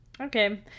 Okay